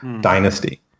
dynasty